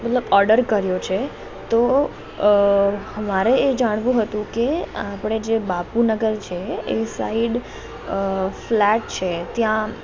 મતલબ ઓર્ડર કર્યો છે તો અમારે એ જાણવું હતું કે આપણે જે બાપુનગર છે એ સાઈડ ફ્લેટ છે ત્યાં